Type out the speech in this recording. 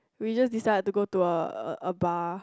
we just decide to go to a a bar